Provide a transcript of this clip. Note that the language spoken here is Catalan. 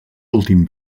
últim